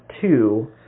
two